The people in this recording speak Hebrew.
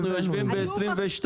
היום אנחנו יושבים ב-2022,